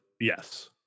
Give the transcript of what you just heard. yes